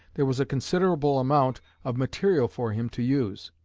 there was a considerable amount of material for him to use.